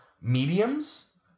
mediums